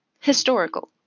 historical